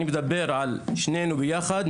אני מדבר על שנינו ביחד,